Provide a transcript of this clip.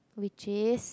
which is